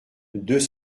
deux